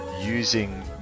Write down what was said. using